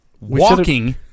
walking